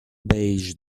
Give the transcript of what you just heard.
beige